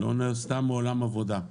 לא נעשתה מעולם עבודה.